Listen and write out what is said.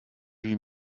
lui